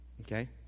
Okay